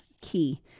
Key